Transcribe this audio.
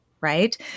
Right